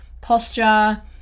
posture